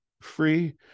free